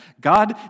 God